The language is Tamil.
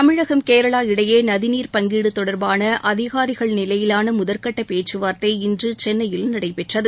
தமிழகம் கேரளா இடையே நதிநீர் பங்கீடு தொடர்பான அதிகாரிகள் நிலையிலான முதற்கட்ட பேச்சுவார்த்தை இன்று சென்னையில் நடைபெற்றது